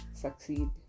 succeed